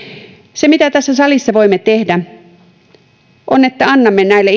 se mitä tässä salissa voimme tehdä on että annamme näille